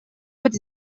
быть